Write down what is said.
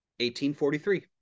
1843